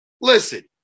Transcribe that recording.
listen